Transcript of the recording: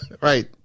Right